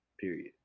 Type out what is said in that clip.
period